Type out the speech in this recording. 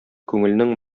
күңелнең